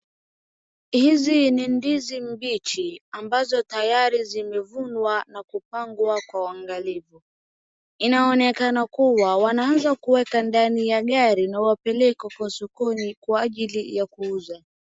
Hizi ni ndizi mbichi ambazo tayari zimevunwa na kupangwa kwa uangalifu. Inaonekana kuwa wanaanza kuweka ndani ya gari na wapeleka kwa sokoni kwa ajili ya kuuza.